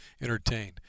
entertained